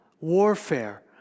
warfare